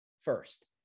first